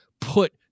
put